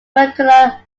molecular